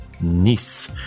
Nice